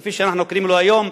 כפי שאנחנו קוראים לו היום,